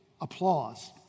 applause